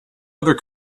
other